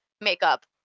makeup